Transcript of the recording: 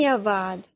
धन्यवाद